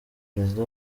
prezida